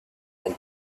and